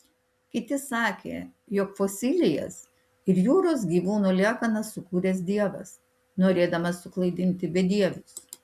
kiti sakė jog fosilijas ir jūros gyvūnų liekanas sukūręs dievas norėdamas suklaidinti bedievius